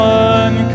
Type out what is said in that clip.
one